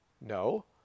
No